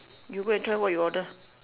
you go and try what you order